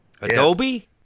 Adobe